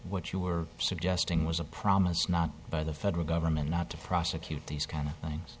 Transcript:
what you were suggesting was a promise not by the federal government not to prosecute these kind